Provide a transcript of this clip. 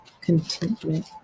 Contentment